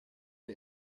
der